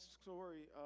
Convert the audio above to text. story